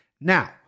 Now